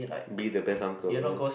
be the best uncle